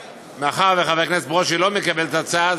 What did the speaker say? מאחר שחבר הכנסת ברושי לא מקבל את ההצעה,